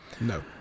No